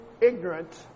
ignorant